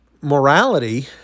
morality